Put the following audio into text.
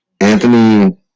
Anthony